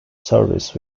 service